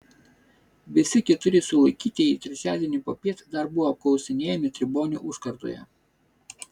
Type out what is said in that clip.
visi keturi sulaikytieji trečiadienį popiet dar buvo apklausinėjami tribonių užkardoje